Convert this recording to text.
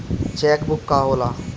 Check book का होला?